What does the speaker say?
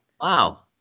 wow